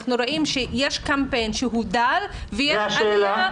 אנחנו רואים שיש קמפיין דל --- והשאלה?